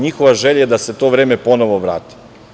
Njihova želja je da se to vreme ponovo vrati.